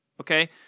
Okay